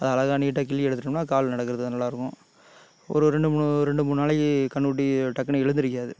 அதை அழகாக நீட்டாக கிள்ளி எடுத்துவிட்டோம்னா கால் நடக்கறதுக்கு அது நல்லாருக்கும் ஒரு ரெண்டு மூணு ரெண்டு மூணு நாளைக்கு கன்றுக்குட்டி டக்குன்னு எழுந்திரிக்காது